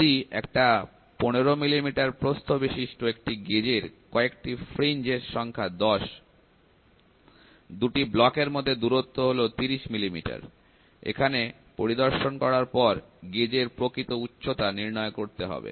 যদি একটা 15 mm প্রস্থ বিশিষ্ট একটি গেজের কয়েকটি ফ্রিঞ্জ এর সংখ্যা 10 দুটি ব্লকের মধ্যে দূরত্ব হলো 30 mm এখানে পরিদর্শন করার পর গেজের প্রকৃত উচ্চতা নির্ণয় করতে হবে